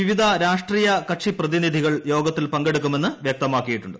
വിവിധ രാഷ്ട്രീയ കക്ഷി പ്രതിനിധികൾ യോഗത്തിൽ പങ്കെടുക്കുമെന്ന് വൃക്തമാക്കിയിട്ടുണ്ട്